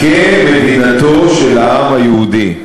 כמדינתו של העם היהודי.